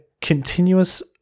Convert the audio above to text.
continuous